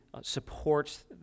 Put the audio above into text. supports